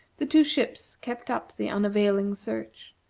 the two ships kept up the unavailing search,